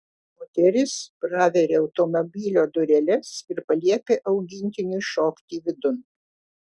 moteris praveria automobilio dureles ir paliepia augintiniui šokti vidun